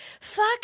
fuck